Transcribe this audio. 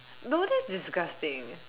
no that's disgusting